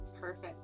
Perfect